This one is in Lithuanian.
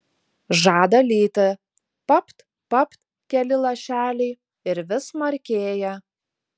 žada lyti papt papt keli lašeliai ir vis smarkėja